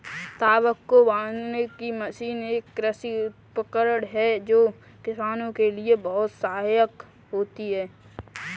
लावक को बांधने की मशीन एक कृषि उपकरण है जो किसानों के लिए बहुत सहायक होता है